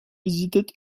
visited